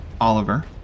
Oliver